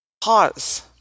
Pause